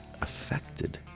affected